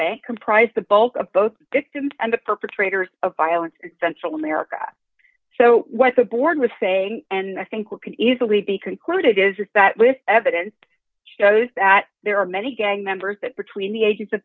bank comprise the bulk of both victims and the perpetrators of violence in central america so what the board was saying and i think we can easily be concluded is that with evidence shows that there are many gang members that between the ages of